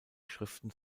schriften